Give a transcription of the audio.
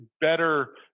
better